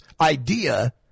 idea